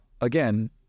again